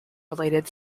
related